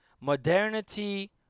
modernity